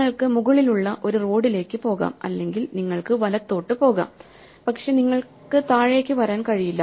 നിങ്ങൾക്ക് മുകളിലുള്ള ഒരു റോഡിലേക്ക് പോകാം അല്ലെങ്കിൽ നിങ്ങൾക്ക് വലത്തോട്ടു പോകാം പക്ഷേ നിങ്ങൾക്ക് താഴേക്ക് വരാൻ കഴിയില്ല